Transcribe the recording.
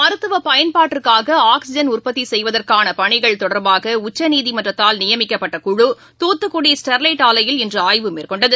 மருத்துவபயன்பாட்டிற்காகஆக்சிஜன் உற்பத்திசெய்வதற்கானபணிகள் தொடர்பாகஉச்சநீதிமன்றத்தால் நியமிக்கப்பட்ட குழு தூத்துக்குடி ஸ்டெர்வைட் ஆவையில் இன்றுஆய்வு மேற்கொண்டது